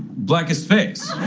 blackest face